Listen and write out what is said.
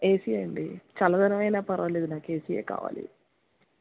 ఏ C ఏ అండి చల్లదనమైన పర్వాలేదు నాకు ఏ సీ ఏ కావాలి